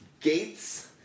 Gates